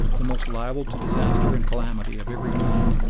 the most liable to disaster and calamity of every kind.